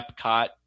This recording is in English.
Epcot